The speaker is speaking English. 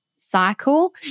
cycle